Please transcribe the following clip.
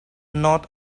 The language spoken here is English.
not